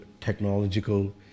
technological